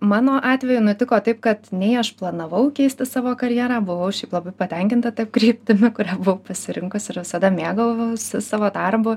mano atveju nutiko taip kad nei aš planavau keisti savo karjerą buvau šiaip labai patenkinta ta kryptimi kurią buvau pasirinkus ir visada mėgavausi savo darbu